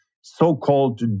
so-called